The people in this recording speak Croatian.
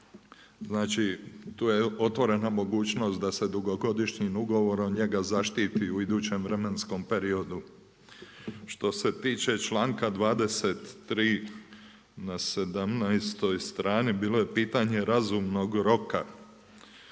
Znači, tu je otvorena mogućnost da se dugogodišnjim ugovorom njega zaštiti u idućem vremenskom periodu. Što se tiče članaka 23. na 17. strani, bilo je pitanje razumnog roka.